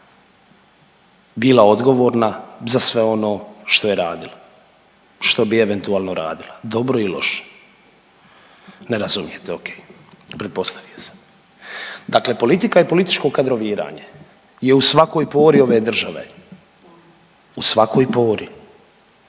bila odgovorna za sve ono što je radila, što bi eventualno radila dobro ili loše? Ne razumijete, ok. Pretpostavio sam. Dakle, politika i političko kadroviranje je u svakoj pori ove države, u svakoj pori